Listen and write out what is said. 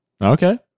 Okay